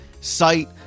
site